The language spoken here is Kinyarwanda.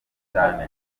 cyane